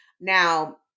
Now